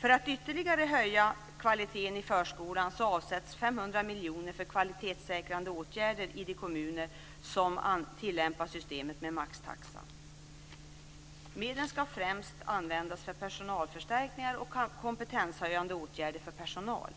För att ytterligare höja kvaliteten i förskolan avsätts 500 miljoner för kvalitetssäkrande åtgärder i de kommuner som tillämpar systemet med maxtaxa. Medlen ska främst användas för personalförstärkningar och kompetenshöjande åtgärder för personal.